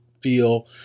feel